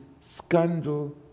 scandal